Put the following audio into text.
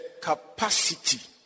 capacity